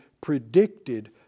predicted